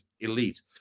elite